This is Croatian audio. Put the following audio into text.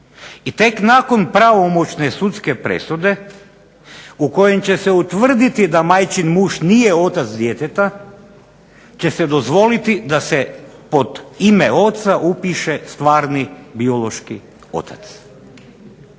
i tek nakon pravomoćne sudske presude, u kojem će se utvrditi da majčin muž nije otac djeteta, će se dozvoliti da se pod ime oca upiše stvarni biološki otac.